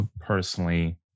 personally